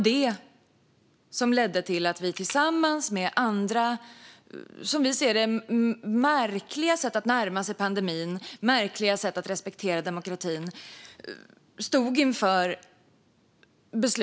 Detta och andra, som vi ser det, märkliga sätt att närma sig pandemin och märkliga sätt att respektera demokratin gjorde att vi stod inför ett val.